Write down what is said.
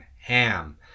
ham